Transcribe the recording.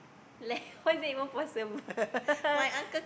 like how is it even possible